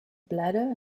bladder